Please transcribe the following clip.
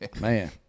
man